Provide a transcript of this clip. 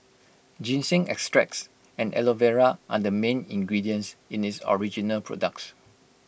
ginseng extracts and Aloe Vera are the main ingredients in its original products